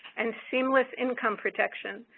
and seamless income protections,